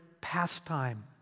pastime